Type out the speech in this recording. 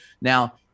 Now